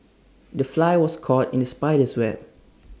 the fly was caught in the spider's web